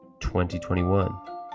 2021